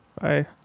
Bye